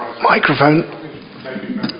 Microphone